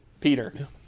Peter